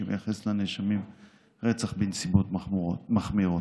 שמייחס לנאשמים רצח בנסיבות מחמירות.